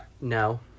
No